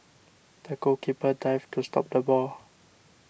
the goalkeeper dived to stop the ball